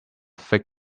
fig